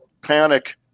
panic